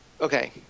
Okay